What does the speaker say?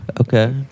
Okay